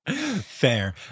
Fair